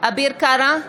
אביר קארה,